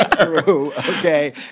Okay